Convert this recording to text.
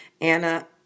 Anna